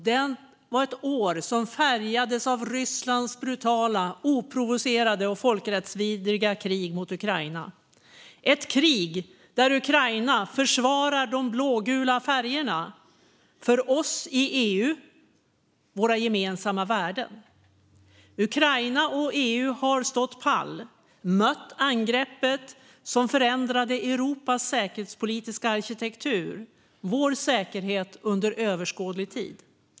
Det var ett år som färgades av Rysslands brutala, oprovocerade och folkrättsvidriga krig mot Ukraina, ett krig där Ukraina försvarar de blågula färgerna för sig och för oss i EU och våra gemensamma värden. Ukraina och EU har stått pall och mött angreppet som förändrade Europas säkerhetspolitiska arkitektur och vår säkerhet under överskådlig tid.